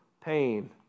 pain